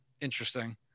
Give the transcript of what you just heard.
interesting